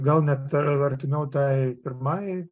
gal net ar artimiau tai pirmajai